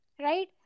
right